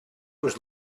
was